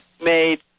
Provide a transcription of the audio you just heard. made